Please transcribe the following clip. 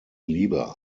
lieber